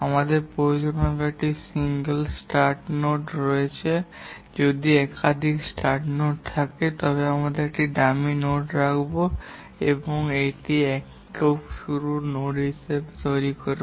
আমাদের প্রয়োজন হবে যে একটি সিঙ্গল স্টার্ট নোড রয়েছে যদি একাধিক স্টার্ট নোড থাকে তবে আমরা একটি ডামি নোড রাখব এবং এটি একটি একক শুরুর নোড হিসাবে তৈরি করব